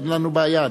אין לנו בעיה.